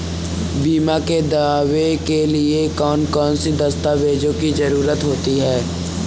बीमा के दावे के लिए कौन कौन सी दस्तावेजों की जरूरत होती है?